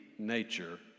nature